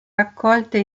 raccolte